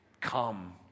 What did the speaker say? come